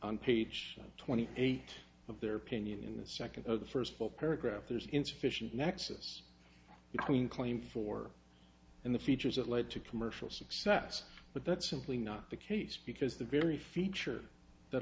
on page twenty eight of their opinion in the second though the first full paragraph there's insufficient nexus between claim for and the features that lead to commercial success but that's simply not the case because the very feature that